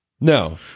No